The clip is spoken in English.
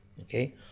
Okay